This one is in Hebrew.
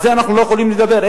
על זה אנחנו לא יכולים לדבר.